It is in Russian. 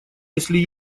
если